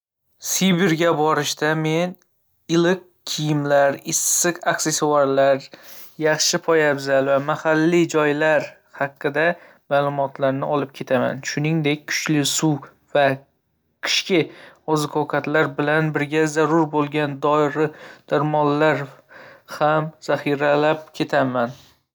Sibirga borishda, men iliq kiyimlar, issiq aksessuarlar, yaxshi poyabzal va mahalliy joylar haqida ma'lumotlarni olib ketaman. Shuningdek, kuchli suv va qishki oziq-ovqatlar bilan birga zarur bo'lgan dori-darmonlarni ham zaxiralab ketaman.